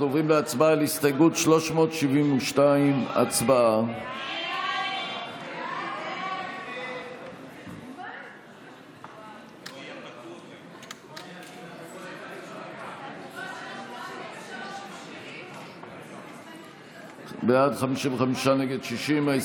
אנחנו עוברים להצבעה על הסתייגות 372. הצבעה.